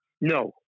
No